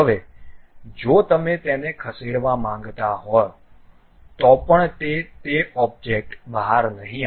હવે જો તમે તેને ખસેડવા માંગતા હો તો પણ તે તે ઓબ્જેક્ટ બહાર નહીં આવે